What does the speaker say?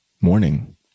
morning